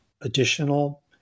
additional